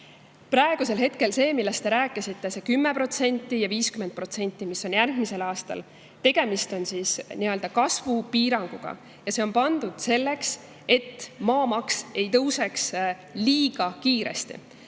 valeta. Praegusel hetkel see, millest te rääkisite, see 10% ja 50%, mis on järgmisel aastal – tegemist on kasvupiiranguga ja see on pandud selleks, et maamaks ei tõuseks liiga kiiresti.